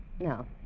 No